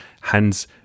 Hence